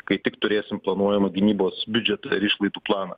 kai tik turėsim planuojamą gynybos biudžetą ir išlaidų planą